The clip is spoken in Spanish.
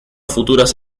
futuras